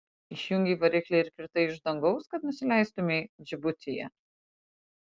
išjungei variklį ir kritai iš dangaus kad nusileistumei džibutyje